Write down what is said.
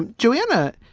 and joanna,